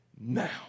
now